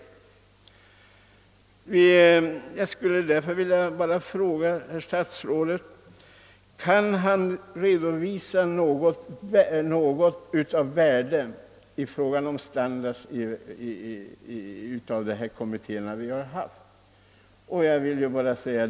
Jag frågar: Kan herr statsrådet redovisa något av värde i fråga om standards från de kommittéer som tillsatts?